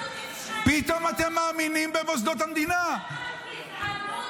פתאום אתם מאמינים במוסדות המדינה -- כמה גזענות אפשר לסבול?